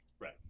Right